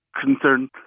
concern